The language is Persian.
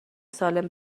سالم